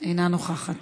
אני מסוגל